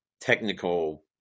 technical